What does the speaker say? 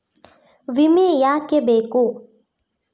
ವಿಮೆ ಯಾಕೆ ಬೇಕು?